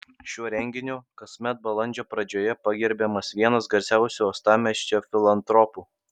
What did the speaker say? šiuo renginiu kasmet balandžio pradžioje pagerbiamas vienas garsiausių uostamiesčio filantropų